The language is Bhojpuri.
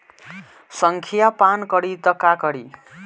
संखिया पान करी त का करी?